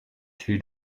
two